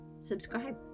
subscribe